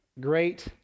great